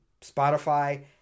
Spotify